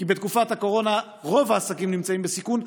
כי בתקופת הקורונה רוב העסקים נמצאים בסיכון,